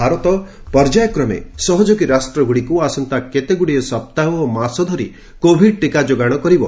ଭାରତ ପର୍ଯ୍ୟାୟକ୍ରମେ ସହଯୋଗୀ ରାଷ୍ଟ୍ରଗୁଡ଼ିକୁ ଆସନ୍ତା କେତେଗୁଡ଼ିଏ ସପ୍ତାହ ଓ ମାସ ଧରି କୋଭିଡ୍ ଟିକା ଯୋଗାଣ କରିବ